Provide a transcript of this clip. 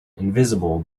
invisible